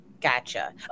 Gotcha